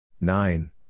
Nine